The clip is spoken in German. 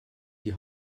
die